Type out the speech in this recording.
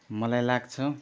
मलाई लाग्छ